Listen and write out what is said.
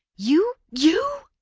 you you!